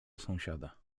sąsiada